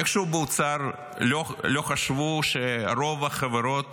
איכשהו באוצר לא חשבו שרוב החברות